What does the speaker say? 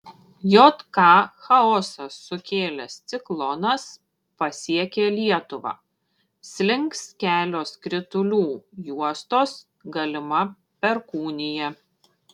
jk chaosą sukėlęs ciklonas pasiekė lietuvą slinks kelios kritulių juostos galima perkūnija